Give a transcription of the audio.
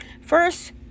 first